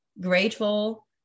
grateful